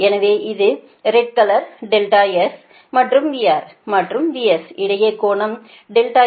எனவே இது red colour S மற்றும் VR மற்றும் VS இடையே கோணம்S R